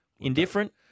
indifferent